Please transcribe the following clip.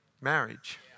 marriage